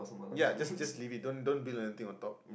ya just just leave it don't build anything on top